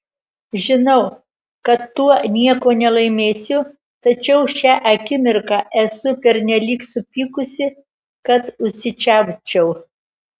žinau kad tuo nieko nelaimėsiu tačiau šią akimirką esu pernelyg supykusi kad užsičiaupčiau